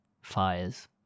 fires